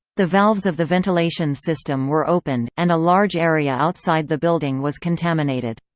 the valves of the ventilation system were opened, and a large area outside the building was contaminated.